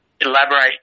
elaborate